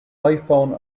iphone